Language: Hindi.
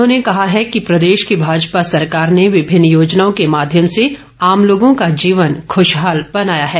उन्होंने कहा है कि प्रदेश की भाजपा सरकार ने विभिन्न योजनाओं के माध्यम से आम लोगों का जीवन ख्रशहाल बनाया है